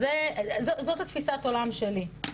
וזו תפיסת העולם שלי.